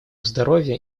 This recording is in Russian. здоровья